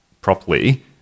properly